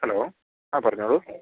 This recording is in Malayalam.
ഹലോ ആ പറഞ്ഞോളൂ